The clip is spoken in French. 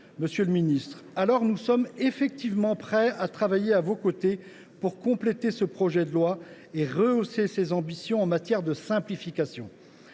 monsieur le ministre, nous serons prêts à travailler à vos côtés pour compléter ce projet de loi et rehausser ses ambitions en matière de simplification.